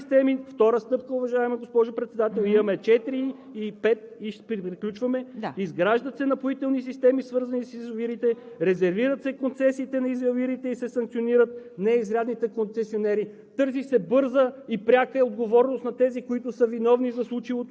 Имаме четири или пет и приключваме. Изграждат се напоителни системи, свързани с язовирите, резервират се концесиите на язовирите и се санкционират неизрядните концесионери.